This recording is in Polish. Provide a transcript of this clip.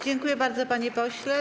Dziękuję bardzo, panie pośle.